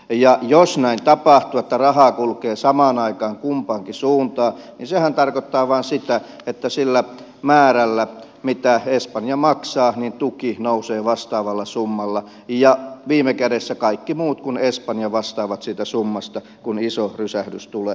ja jos näin tapahtuu että rahaa kulkee samaan aikaan kumpaankin suuntaan niin sehän tarkoittaa vain sitä että sillä määrällä mitä espanja maksaa tuki nousee vastaavalla summalla ja viime kädessä kaikki muut kuin espanja vastaavat siitä summasta kun iso rysähdys tulee